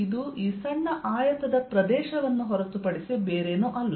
ಇದು ಈ ಸಣ್ಣ ಆಯತದ ಪ್ರದೇಶವನ್ನು ಹೊರತುಪಡಿಸಿ ಬೇರೇನೂ ಅಲ್ಲ